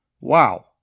Wow